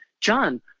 John